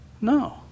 No